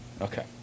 Okay